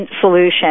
solution